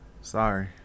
Sorry